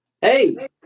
Hey